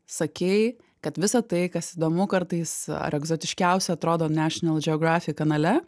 sakei kad visa tai kas įdomu kartais ar egzotiškiausia atrodo national geographic kanale